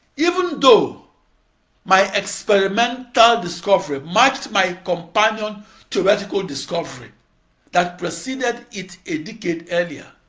even though my experimental discovery matched my companion theoretical discovery that preceded it, a decade earlier,